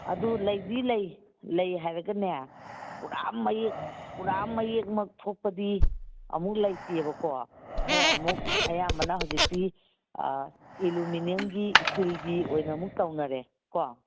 ꯑꯗꯨ ꯂꯩꯗꯤ ꯂꯩ ꯂꯩ ꯍꯥꯏꯔꯒꯅꯦ ꯄꯨꯔꯥ ꯃꯌꯦꯛ ꯄꯨꯔꯥ ꯃꯌꯦꯛꯃꯛ ꯊꯣꯛꯄꯗꯤ ꯑꯃꯨꯛ ꯂꯩꯇꯦꯕꯀꯣ ꯈꯔ ꯑꯃꯨꯛ ꯑꯌꯥꯝꯕꯅ ꯍꯧꯖꯤꯛꯇꯤ ꯑꯦꯂꯨꯃꯤꯅꯝꯒꯤ ꯏꯁꯇꯤꯜꯒꯤ ꯑꯣꯏꯅ ꯑꯃꯨꯛ ꯇꯧꯅꯔꯦ ꯀꯣ